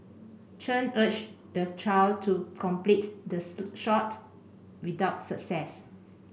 chen urged the child to complete the shot without success